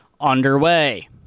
underway